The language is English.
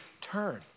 turn